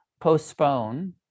postpone